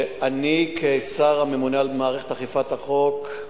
אני, כשר הממונה על מערכת אכיפת החוק,